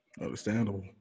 Understandable